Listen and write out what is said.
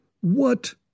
What